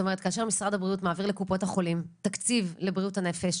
זאת אומרת כאשר משרד הבריאות מעביר לקופות החולים תקציב לבריאות הנפש,